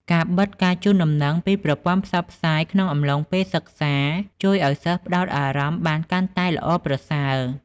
ការបិទការជូនដំណឹងពីប្រព័ន្ធផ្សព្វផ្សាយក្នុងអំឡុងពេលសិក្សាជួយឱ្យសិស្សផ្តោតអារម្មណ៍បានកាន់តែល្អប្រសើរ។